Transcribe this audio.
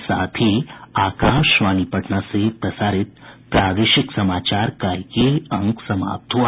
इसके साथ ही आकाशवाणी पटना से प्रसारित प्रादेशिक समाचार का ये अंक समाप्त हुआ